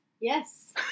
Yes